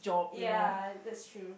ya that's true